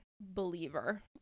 believer